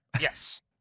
Yes